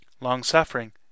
Long-suffering